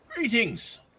Greetings